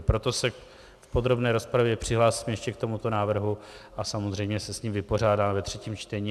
Proto se v podrobné rozpravě přihlásím ještě k tomuto návrhu a samozřejmě se s ním vypořádáme ve třetím čtení.